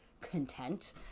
content